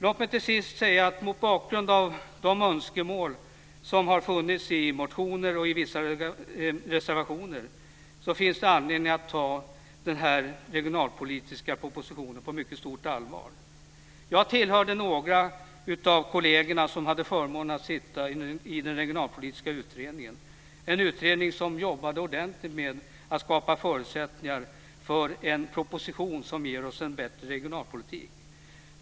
Låt mig till sist säga att det mot bakgrund av de önskemål som har funnits i motioner och i vissa reservationer finns anledning att ta denna regionalpolitiska proposition på mycket stort allvar. Jag hade tillsammans med några av kollegerna förmånen att sitta i den regionalpolitiska utredningen, en utredning som jobbade ordentligt med att skapa förutsättningar för en proposition som ger oss en bättre regionalpolitik.